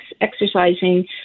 exercising